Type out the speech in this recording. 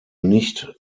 nicht